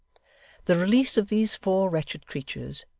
the release of these four wretched creatures,